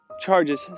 charges